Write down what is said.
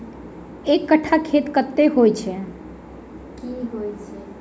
एक कट्ठा खेत की होइ छै?